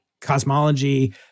cosmology